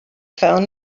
found